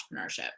entrepreneurship